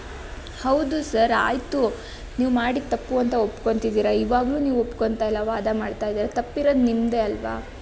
ಹೌದು ಸರ್ ಆಯಿತು ನೀವು ಮಾಡಿದ್ದು ತಪ್ಪು ಅಂತ ಒಪ್ಕೊತಿದ್ದೀರಾ ಈವಾಗಲೂ ನೀವು ಒಪ್ಕೋತಾ ಇಲ್ಲ ವಾದ ಮಾಡ್ತಾ ಇದ್ದೀರ ತಪ್ಪಿರೋದು ನಿಮ್ಮದೇ ಅಲ್ವಾ